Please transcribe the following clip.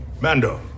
Mando